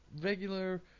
regular